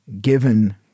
given